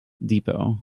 depot